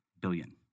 billion